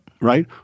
Right